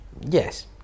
Yes